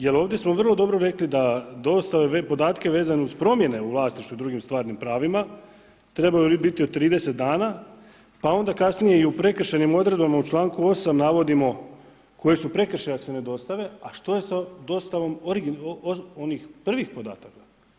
Jel ovdje smo vrlo dobro rekli da dostave ove podatke vezano uz promjene u vlasništvu drugim stvarnim pravima, trebaju biti od 30 dana, pa onda kasnije i u prekršajnim odredbama u članku 8. navodimo koji su prekršaji ako se ne dostave, a što je sa dostavom onih prvih podataka?